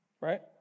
right